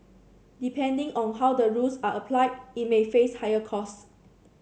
depending on how the rules are applied it may face higher costs